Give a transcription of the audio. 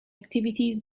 activities